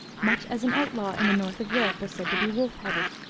much as an outlaw in the north of europe was said to be wolf-headed.